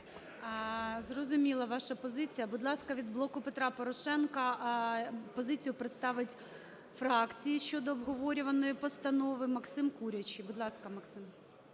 Зрозуміла ваша позиція. Будь ласка, від "Блоку Петра Порошенка" позицію представить, фракції, щодо обговорюваної постанови Максим Курячий. Будь ласка, Максим.